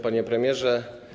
Panie Premierze!